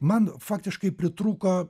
man faktiškai pritrūko